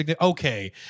Okay